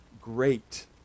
great